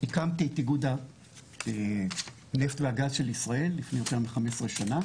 הקמתי את איגוד הנפט והגז של ישראל לפני יותר מ- 15 שנה